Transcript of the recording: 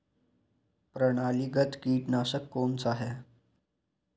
प्रणालीगत कीटनाशक कौन सा है?